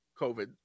covid